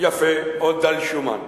דל שומן.